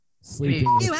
sleeping